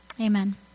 Amen